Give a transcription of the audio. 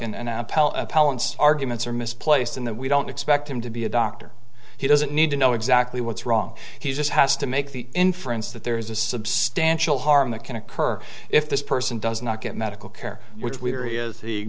appellants arguments are misplaced in that we don't expect him to be a doctor he doesn't need to know exactly what's wrong he just has to make the inference that there is a substantial harm that can occur if this person does not get medical care which we are he is